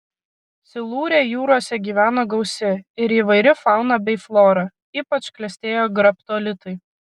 silūre jūrose gyveno gausi ir įvairi fauna bei flora ypač klestėjo graptolitai